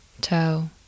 toe